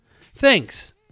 Thanks